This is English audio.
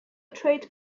trade